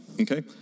Okay